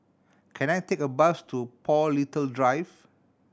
can I take a bus to Paul Little Drive